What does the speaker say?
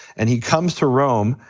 and he comes to rome,